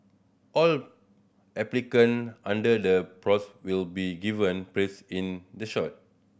all applicant under the will be given place in the